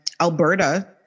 Alberta